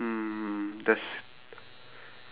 oh ya ya the book ya orh there's a book right okay